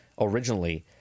originally